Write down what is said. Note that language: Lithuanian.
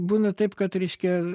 būna taip kad reiškia